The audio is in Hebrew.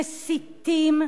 מסיתים,